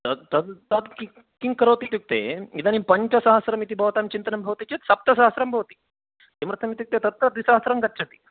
तत् तत् किं करोति इत्युक्ते इदानीं पञ्चसहस्रमिति भवतां चिन्तनं भवति चेत् सप्तसहस्रं भवति किमर्थमित्युक्ते तत्र द्विसहस्रं गच्छति